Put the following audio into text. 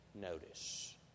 notice